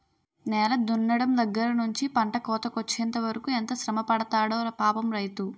నేల దున్నడం దగ్గర నుంచి పంట కోతకొచ్చెంత వరకు ఎంత శ్రమపడతాడో పాపం రైతు